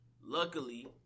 Luckily